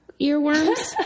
earworms